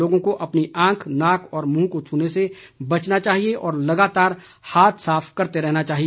लोगों को अपनी आंख नाक और मुंह को छूने से बचना चाहिए और लगातार हाथ साफ करते रहना चाहिए